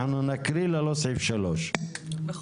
אנחנו נקריא ללא סעיף 3. בבקשה.